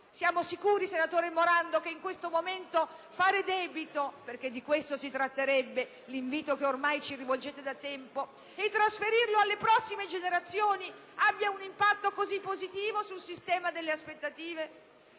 Siamo sicuri, senatore Morando, che in questo momento fare debito - perché di questo si tratterebbe, con l'invito che ormai ci rivolgete da tempo - e trasferirlo alle prossime generazioni abbia un impatto così positivo sul sistema delle aspettative?